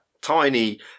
tiny